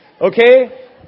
Okay